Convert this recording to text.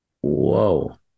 whoa